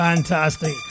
Fantastic